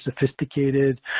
sophisticated